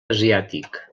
asiàtic